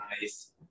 nice